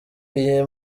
iyi